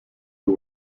who